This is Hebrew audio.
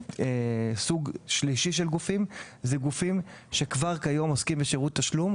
סוג שלישי של גופים הם גופים שכבר היום עוסקים בשירות תשלום,